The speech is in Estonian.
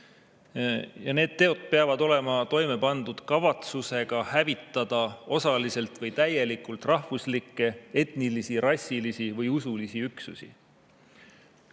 Need teod peavad olema toime pandud kavatsusega hävitada osaliselt või täielikult rahvuslikke, etnilisi, rassilisi või usulisi üksusi.